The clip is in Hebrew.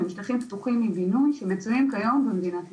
שהם שטחים פתוחים עם גינון שמצויים היום במדינת ישראל.